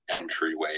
entryway